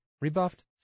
rebuffed